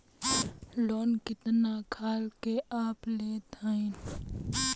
Loan कितना खाल के आप लेत हईन?